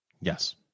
Yes